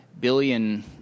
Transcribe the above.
billion